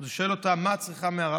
הוא שואל אותה: מה את צריכה מהרב?